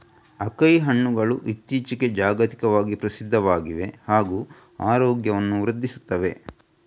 acai ಹಣ್ಣುಗಳು ಇತ್ತೀಚಿಗೆ ಜಾಗತಿಕವಾಗಿ ಪ್ರಸಿದ್ಧವಾಗಿವೆ ಹಾಗೂ ಆರೋಗ್ಯವನ್ನು ವೃದ್ಧಿಸುತ್ತವೆ